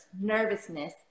nervousness